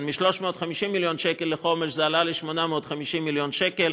מ-350 מיליון שקל לחומש זה עלה ל-850 מיליון שקל